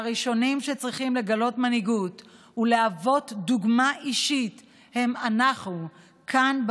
הראשונים שצריכים לגלות מנהיגות ולהוות דוגמה אישית הם אנחנו כאן,